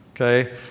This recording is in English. Okay